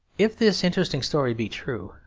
if this interesting story be true,